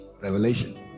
revelation